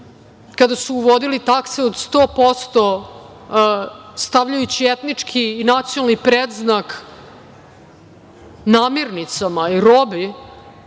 kada su uvodili takse od 100%, stavljajući etnički i nacionalni predznak namirnicama i robi,